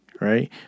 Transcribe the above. Right